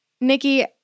Nikki